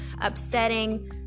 upsetting